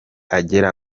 agera